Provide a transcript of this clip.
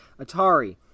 Atari